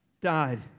died